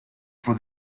for